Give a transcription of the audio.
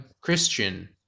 christian